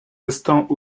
restant